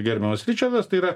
gerbiamas ričardas tai yra